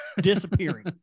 disappearing